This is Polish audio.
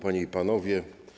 Panie i Panowie!